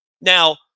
Now